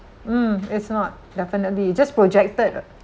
mm it's not definitely just projected